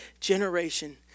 generation